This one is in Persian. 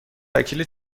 وکیل